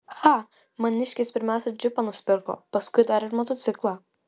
cha maniškis pirmiausia džipą nusipirko paskui dar ir motociklą